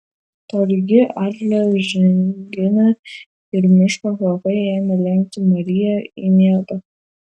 tolygi arklio žinginė ir miško kvapai ėmė lenkti mariją į miegą